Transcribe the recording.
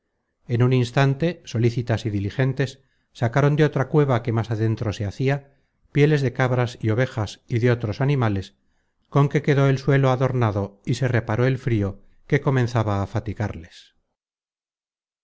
en un instante solícitas y diligentes sacaron de otra cueva que más adentro se hacia pieles de cabras y ovejas y de otros animales con que quedó el suelo adornado y se reparó el frio que comenzaba á fatigarles